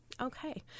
Okay